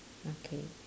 okay